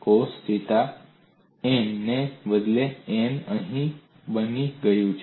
cos n theta ને બદલે n અહીં 1 બની ગયું છે